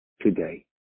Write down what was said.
today